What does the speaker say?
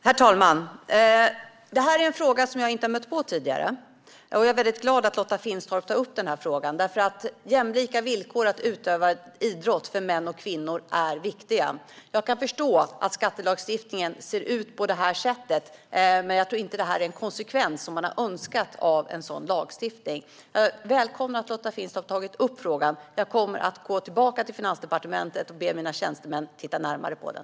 Herr talman! Detta är en fråga jag inte har stött på tidigare, och jag är väldigt glad att Lotta Finstorp tar upp den. Jämlika villkor för män och kvinnor när det gäller att utöva idrott är nämligen viktigt. Jag kan förstå att lagstiftningen ser ut på det här sättet, men jag tror inte att man har önskat den här konsekvensen av lagstiftningen. Jag välkomnar att Lotta Finstorp tar upp frågan, och jag kommer att gå tillbaka till Finansdepartementet och be mina tjänstemän titta närmare på den.